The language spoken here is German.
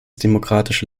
demokratische